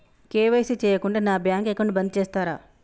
KYC చేయకుంటే నా bank account బంద్ చేస్తరా?